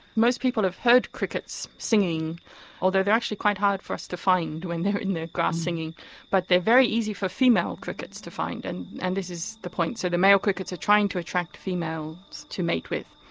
most people have heard crickets singing although they are actually quite hard for us to find when they are in the grass singing but they are very easy for female crickets to find and and this is the point. so the male crickets are trying to attract females to mate with.